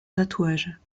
tatouage